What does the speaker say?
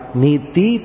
niti